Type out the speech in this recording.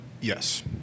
Yes